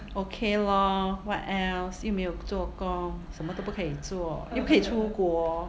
okay lor what else 又没有做工什么都不可以做又不可以出国